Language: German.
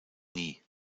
nie